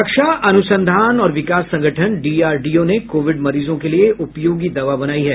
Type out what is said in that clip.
रक्षा अनुसंधान और विकास संगठन डीआरडीओ ने कोविड मरीजों के लिए उपयोगी दवा बनाई है